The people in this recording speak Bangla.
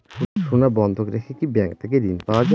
সোনা বন্ধক রেখে কি ব্যাংক থেকে ঋণ পাওয়া য়ায়?